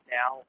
now